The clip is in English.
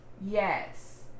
yes